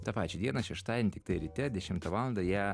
tą pačią dieną šeštadienį tiktai ryte dešimtą valandą ją